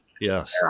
yes